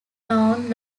known